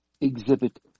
exhibit